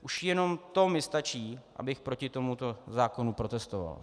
Už jenom to mi stačí, abych proti tomuto zákonu protestoval.